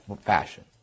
fashion